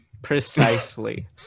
precisely